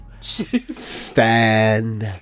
stand